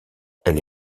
elle